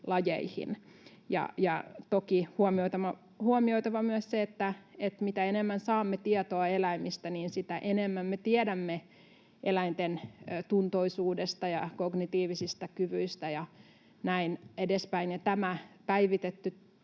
lajeihin. Toki on huomioitava myös se, että mitä enemmän saamme tietoa eläimistä, sitä enemmän me tiedämme eläinten tuntoisuudesta ja kognitiivisista kyvyistä ja näin edespäin, ja tämän päivitetyn